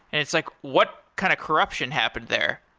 and it's like, what kind of corruption happened there?